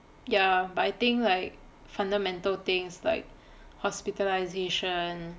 ya but I think like fundamental things like hospitalization